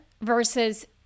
versus